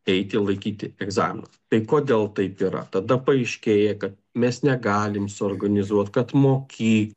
eiti laikyti egzaminą tai kodėl taip yra tada paaiškėja ka mes negalim suorganizuot kad moky